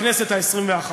בכנסת העשרים-ואחת.